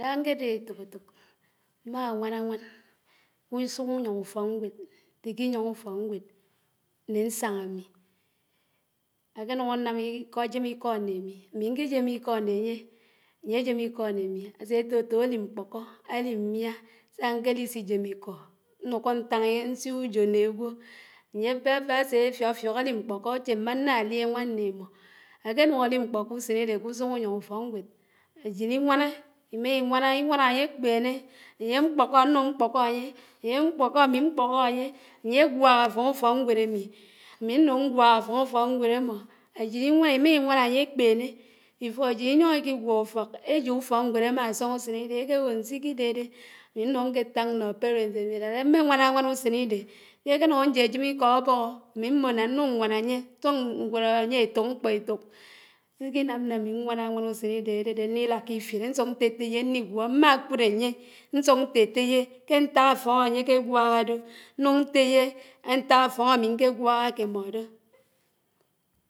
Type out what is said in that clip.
Ídáhá ñkédé éfòk éfók mmá áñwán k’úsuùñ ùyóñó ùfókñgwéd ñtíkí yóñó ùfókñgwéd ñné ñsáñ ámí ákénùñ ákénùñ ánám ájém íkó ñne ámi, ámi ñkí Jémé íkó ñné ányé, ányé jém íkó ñné ámí ásé, tò tò áli mkpókó, áli mía sá áñkélisi jémíkó, ñnùkó ñnùkó ñtáñ ñsíò ùjò ñné ágwò ásé áfiófiók álimkpókó áché mé ñnáli áñwán né émó. Ákénùñ álímkpókó ùsénídé k'ùsàñ àyóñ ùfòkñgwéd ásid íwáná, ímá íwáná, iwáná, ányé kpéné, ányé ámkpókó ánúñ mkpókó ányé, ányé ámkpókó ámí mkpókó ányé, ányé gwák áfoñ ùfòkñgwed ámí, ámí n̄nùñ ñgwák ǎfóñ ùfọkñgwéd ámó, ásíd íwáná, ímá íwáná ányé kpéné before ásíd íyóñ ik’ígwó ùfók ésó ùfókñgwéd ámásóñ ùsènídé, ékéwò ñsíkídédé, ámi ñùñ ké táñ ñnó parent ámí dát ámmé wáná ániwán ùsénídé, ákénùñ íkó ábóhó ámí mmò ná n̄nùñ ñwáná ányé ñnsùk ñgwéd ányé éfók mkpó éfók, sikínám ná ñwáná ánwán ùsènídé ádédé ñniláká ifiré, n’sùk ñtétéyé ñnigwó, mmákùd ányé ñsùk ñtétéyé ké ñták áfóñ ámí ñké gwáhá ákémó dò.